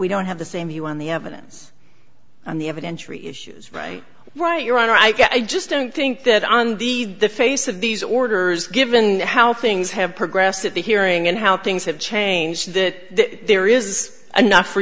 we don't have the same view on the evidence on the evidentiary issues right right your honor i just don't think that on the face of these orders given how things have progressed at the hearing and how things have changed that there is enough for